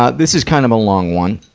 ah this is kind of a long one.